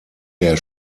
der